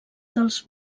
dels